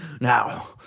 Now